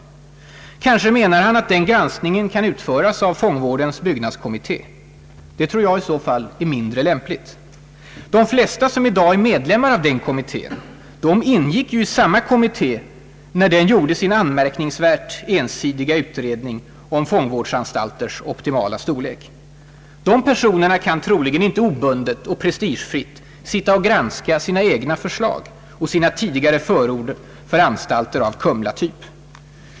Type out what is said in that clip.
Kanske menar han att den granskningen kan utföras av fångvårdens byggnadskommitté. Det tror jag i så fall är mindre lämpligt. De flesta, som i dag är medlemmar av den kommittén, ingick ju i samma kommitté när den gjorde sin anmärkningsvärt ensidiga utredning om fångvårdsanstalters optimala storlek. De personerna kan troligen inte obundet och prestigefritt sitta och granska sina egna förslag och sina tidigare förord för anstalter av Kumlatyp.